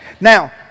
Now